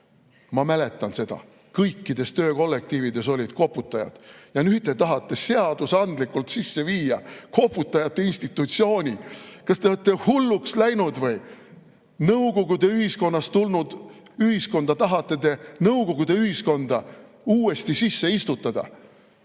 Ma mäletan seda. Kõikides töökollektiivides olid koputajad. Ja nüüd te tahate seadusega sisse viia koputajate institutsiooni. Kas te olete hulluks läinud või? Nõukogude ühiskonnast tulnud ühiskonda tahate te nõukogude ühiskonda uuesti sisse istutada